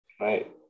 Right